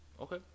Okay